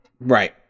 Right